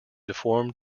deformed